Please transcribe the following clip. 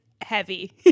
heavy